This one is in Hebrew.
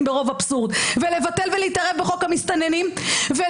ברוב אבסורד; ולבטל ולהתערב בחוק המסתננים,